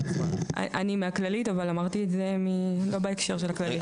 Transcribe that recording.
אני מהכללית אבל אמרתי את זה לא בהקשר של הכללית.